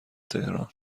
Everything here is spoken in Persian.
تهران